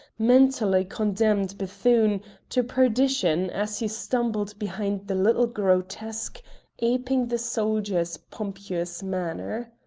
mentally condemned bethune to perdition as he stumbled behind the little grotesque aping the soldier's pompous manner.